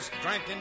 Drinking